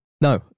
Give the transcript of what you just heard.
No